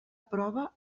prova